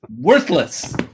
worthless